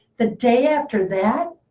the day after that,